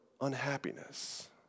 unhappiness